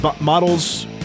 models